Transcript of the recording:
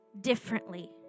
differently